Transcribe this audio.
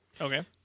Okay